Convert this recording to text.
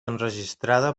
enregistrada